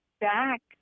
back